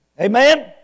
Amen